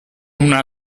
una